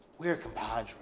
we're compadre